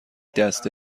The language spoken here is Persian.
دسته